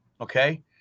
okay